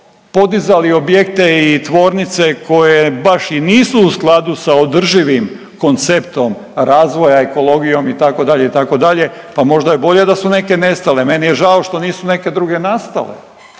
podizali objekte i tvornice koje baš i nisu u skladu sa održivim konceptom razvoja, ekologijom itd., itd., pa možda je bolje da su neke nestale. Meni je žao što nisu neke druge nastale.